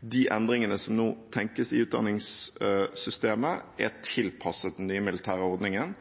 de endringene som nå tenkes i utdanningssystemet, er tilpasset den nye militære ordningen